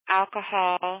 alcohol